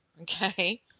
Okay